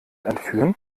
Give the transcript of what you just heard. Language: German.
entführen